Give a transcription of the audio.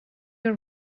your